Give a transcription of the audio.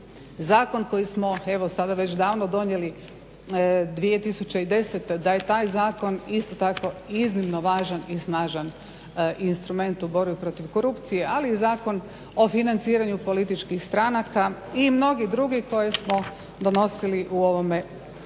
zakon koji smo sada već davno donijeli 2010.da je taj zakon isto tako iznimno važan i snažan instrument u borbi protiv korupcije, ali i Zakon o financiranju političkih stranaka i mnogi drugi koje smo donosili u ovome